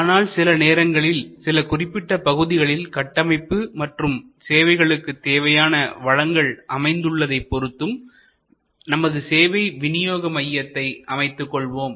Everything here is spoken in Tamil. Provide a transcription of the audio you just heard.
ஆனால் சில நேரங்களில் சில குறிப்பிட்ட பகுதிகளில் கட்டமைப்பு மற்றும் சேவைகளுக்கு தேவையான வளங்கள் அமைந்துள்ளதை பொருத்தும் நமது சேவை விநியோக மையத்தை அமைத்துக் கொள்வோம்